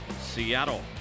Seattle